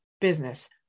business